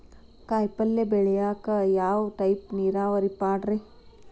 ಕಾಯಿಪಲ್ಯ ಬೆಳಿಯಾಕ ಯಾವ ಟೈಪ್ ನೇರಾವರಿ ಪಾಡ್ರೇ?